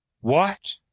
What